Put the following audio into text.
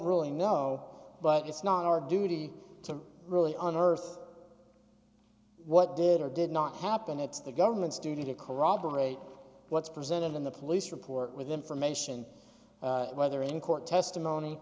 really know but it's not our duty to really on earth what did or did not happen it's the government's duty to corroborate what's presented in the police report with information whether in court testimony